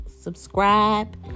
subscribe